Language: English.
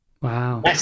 Wow